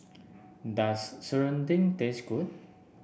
does serunding taste good